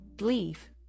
leave